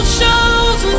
shows